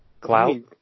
Cloud